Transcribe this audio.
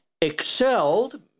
excelled